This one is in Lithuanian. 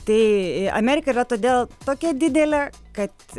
tai amerika yra todėl tokia didelė kad